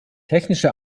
technische